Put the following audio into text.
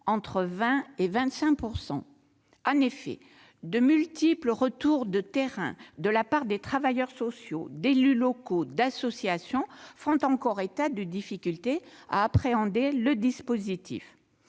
entre 20 % et 25 %. En effet, de multiples retours de terrain de la part de travailleurs sociaux, d'élus locaux, d'associations font encore état de difficultés à appréhender le dispositif.